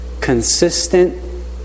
consistent